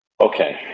Okay